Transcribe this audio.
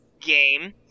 game